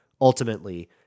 ultimately